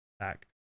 back